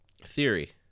theory